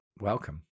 Welcome